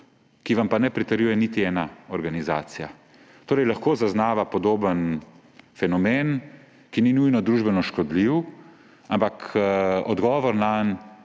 vam pa ne pritrjuje niti ena organizacija. Lahko zaznava podoben fenomen, ki ni nujno družbeno škodljiv, ampak odgovor nanj